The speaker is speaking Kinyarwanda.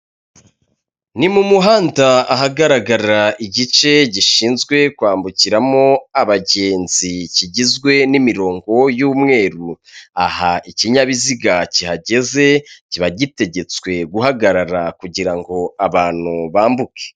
Ni mu muhanda ahagaragara igice gishinzwe kwambukiramo abagenzi kigizwe n'imirongo y'umweru, aha ikinyabiziga kihageze kiba gitegetswe guhagarara kugira ngo abantu bambuke.